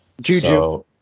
Juju